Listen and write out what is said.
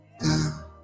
down